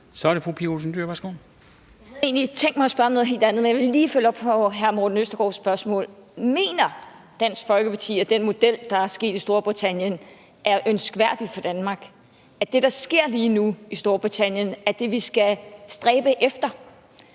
Kl. 14:06 Pia Olsen Dyhr (SF): Jeg havde egentlig tænkt mig at spørge om noget helt andet, men jeg vil lige følge op på hr. Morten Østergaards spørgsmål. Mener Dansk Folkeparti, at den model, der er gennemført i Storbritannien, er ønskværdig for Danmark, at det, der sker lige nu i Storbritannien, er det, vi skal stræbe efter?